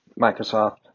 Microsoft